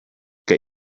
get